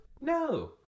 No